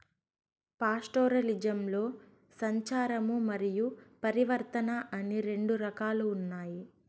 పాస్టోరలిజంలో సంచారము మరియు పరివర్తన అని రెండు రకాలు ఉన్నాయి